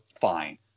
Fine